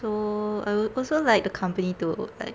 so I would also like the company to like